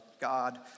God